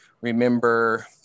remember